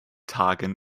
tagen